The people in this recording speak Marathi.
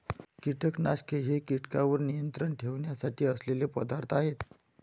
कीटकनाशके हे कीटकांवर नियंत्रण ठेवण्यासाठी असलेले पदार्थ आहेत